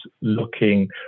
looking